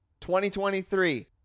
2023